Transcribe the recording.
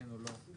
כן או לא.